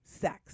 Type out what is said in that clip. sex